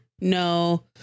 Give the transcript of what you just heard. No